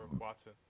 Watson